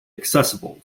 accessible